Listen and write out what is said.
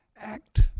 act